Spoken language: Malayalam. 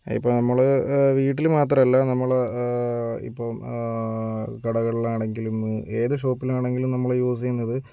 ഇപ്പോൾ നമ്മള് വീട്ടില് മാത്രല്ല നമ്മള് ഇപ്പം കടകളിലാണെങ്കിലും ഏത് ഷോപ്പിലാണെങ്കിലും നമ്മള് യൂസീയുന്നത്